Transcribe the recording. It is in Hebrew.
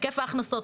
היקף ההכנסות,